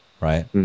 right